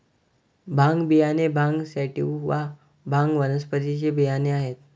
भांग बियाणे भांग सॅटिवा, भांग वनस्पतीचे बियाणे आहेत